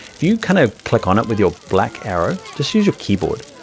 if you kinda click on it with your black arrow, just use your keyboard.